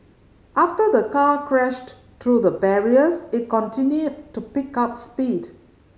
after the car crashed through the barriers it continued to pick up speed